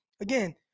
again